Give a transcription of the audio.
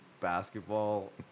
basketball